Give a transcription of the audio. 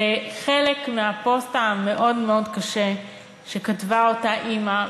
זה חלק מהפוסט המאוד-מאוד קשה שכתבה אותה אימא,